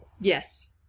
Yes